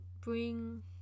bring